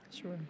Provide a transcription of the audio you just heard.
Sure